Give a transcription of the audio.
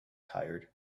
tired